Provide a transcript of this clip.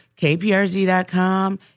KPRZ.com